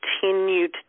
continued